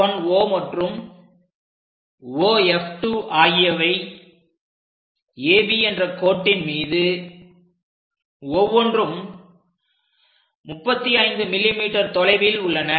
F1 O மற்றும் O F2 ஆகியவை AB என்ற கோட்டின் மீது ஒவ்வொன்றும் 35 mm தொலைவில் உள்ளன